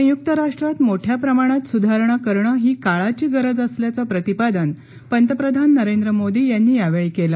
संयुक्त राष्ट्रात मोठ्या प्रमाणात सुधारणा करणं ही काळाची गरज असल्याचं प्रतिपादन पतप्रधान नरेंद्र मोदी यांनी यावेळी केलं